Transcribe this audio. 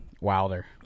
Wilder